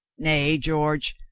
nay, george,